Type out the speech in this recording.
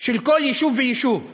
של כל יישוב ויישוב.